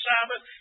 Sabbath